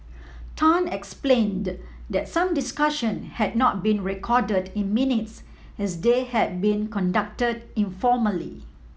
Tan explained that some discussion had not been recorded in minutes as they had been conducted informally